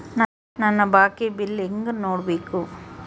ನನ್ನ ಬಾಕಿ ಬಿಲ್ ಹೆಂಗ ನೋಡ್ಬೇಕು?